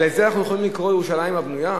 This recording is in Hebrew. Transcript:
לזה אנחנו יכולים לקרוא ירושלים הבנויה?